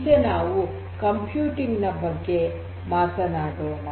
ಈಗ ನಾವು ಕಂಪ್ಯೂಟಿಂಗ್ ನ ಬಗ್ಗೆ ಮಾತನಾಡೋಣ